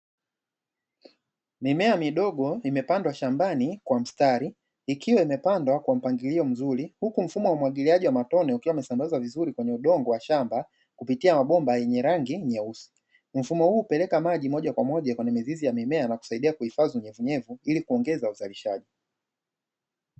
Mimea midogo imepandwa shambani kwa mstari, ikiwa imepandwa kwa mpangilio mzuri, huku mfumo wa umwagiliaji wa matone ukiwa umesambaza vizuri kwenye udongo wa shamba kupitia mabomba yenye rangi nyeusi mfumo huu hupeleka maji moja kwa moja kwenye mizizi ya mimea na kusaidia kuhifadhi unyenyekevu ili kuongeza uzalishaji.